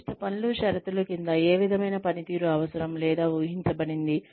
నిర్దిష్ట పనులు షరతులు కింద ఏ విధమైన పనితీరు అవసరం లేదా ఊహించబడింది